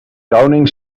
downing